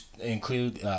include